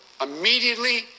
immediately